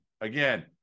again